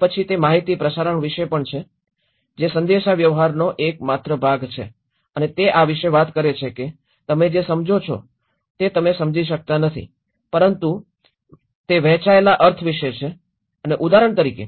તે પછી તે માહિતી પ્રસારણ વિશે પણ છે સંદેશાવ્યવહારનો એક માત્ર ભાગ છે અને તે આ વિશે વાત કરે છે કે તમે જે સમજો છો તે તમે સમજી શકતા નથી પરંતુ તે વહેંચાયેલા અર્થ વિશે છે અને ઉદાહરણ તરીકે